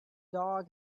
dog